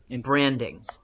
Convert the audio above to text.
branding